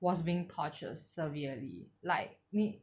was being tortured severely like 你